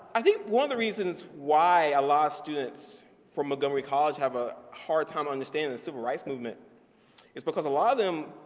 i think one of the reasons why a lot of students from montgomery college have a hard time understanding the civil rights movement is because a lot of them,